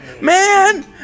Man